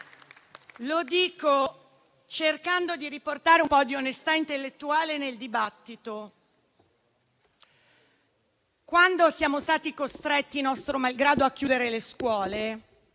lo dico cercando di riportare un po' di onestà intellettuale nel dibattito - siamo stati costretti nostro malgrado a chiudere le scuole.